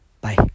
Bye